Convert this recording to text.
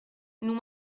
nous